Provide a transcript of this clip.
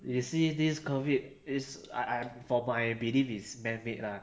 you see this COVID is I I from my belief it's man-made ah